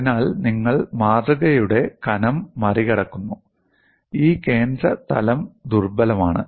അതിനാൽ നിങ്ങൾ മാതൃകയുടെ കനം മറികടക്കുന്നു ഈ കേന്ദ്ര തലം ദുർബലമാണ്